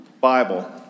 Bible